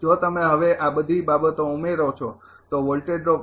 જો તમે હવે આ બધી બાબતો ઉમેરો છો તો કુલ વોલ્ટેજ ડ્રોપ